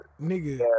nigga